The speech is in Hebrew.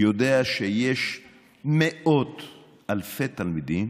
יודע שיש מאות אלפי תלמידים